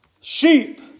Sheep